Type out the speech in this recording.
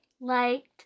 liked